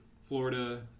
florida